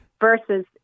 versus